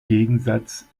gegensatz